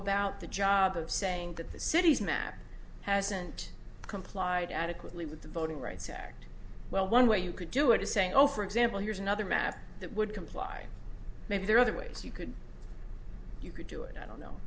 about the job of saying that the city's map hasn't complied adequately with the voting rights act well one way you could do it is saying oh for example here's another map that would comply maybe there are other ways you could you could do it i don't know